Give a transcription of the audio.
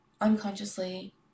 unconsciously